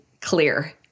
clear